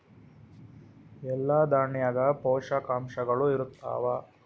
ಎಲ್ಲಾ ದಾಣ್ಯಾಗ ಪೋಷಕಾಂಶಗಳು ಇರತ್ತಾವ?